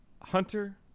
Hunter